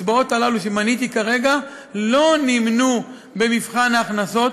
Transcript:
הקצבאות הללו שמניתי כרגע לא נמנו במבחן ההכנסות,